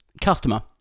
Customer